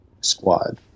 Squad